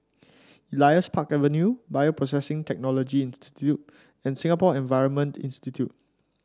Elias Park Avenue Bioprocessing Technology Institute and Singapore Environment Institute